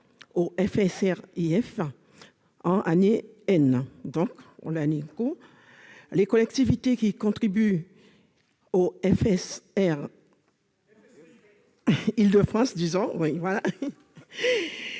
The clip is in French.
au FSRIF en année n, les collectivités qui contribuent à ce